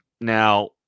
now